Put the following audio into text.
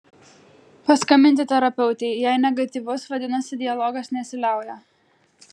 paskambinti terapeutei jei negatyvus vidinis dialogas nesiliauja